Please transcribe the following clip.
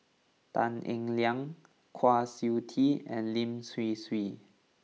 Tan Eng Liang Kwa Siew Tee and Lin Hsin Hsin